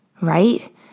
right